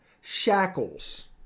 shackles